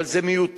אבל זה מיותר.